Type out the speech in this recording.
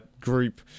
group